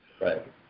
right